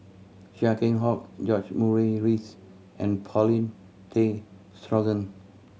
Chia Keng Hock George Murray Reith and Paulin Tay Straughan